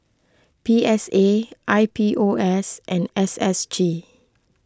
P S A I P O S and S S G